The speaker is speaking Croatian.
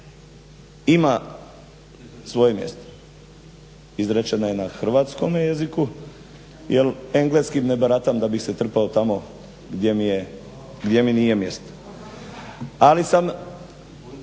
ima svoje mjesto, izrečena je na hrvatskom jeziku jer engleskim ne baratam da bih se trpao tamo gdje mi nije mjesto. Ali sam